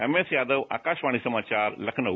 MS Yadav Akashvani समाचार लखनऊ